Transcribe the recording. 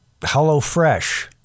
HelloFresh